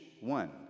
one